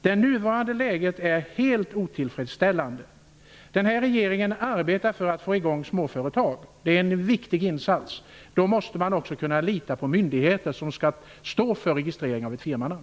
Det nuvarande läget är helt otillfredsställande. Den här regeringen arbetar för att få i gång småföretag; det är en viktig insats. Då måste man också kunna lita på den myndighet som står för registreringen av firmanamn.